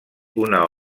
una